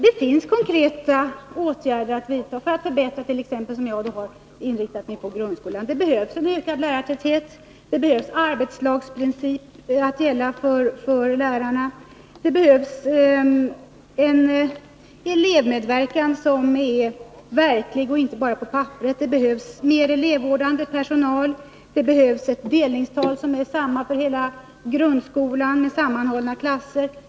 Det finns konkreta åtgärder som man kan vidta för att förbättra t.ex. grundskolan — ett område som jag inriktat mig på. Det behövs en ökad lärartäthet. Det behöver införas arbetslagsprinciper att gälla för lärarna. Det behövs en elevmedverkan som är verklig och som inte bara finns på papperet. Det behövs mer av elevvårdande personal. Det behövs ett delningstal som är samma för hela grundskolan, med sammanhållna klasser.